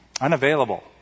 Unavailable